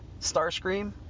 Starscream